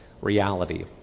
reality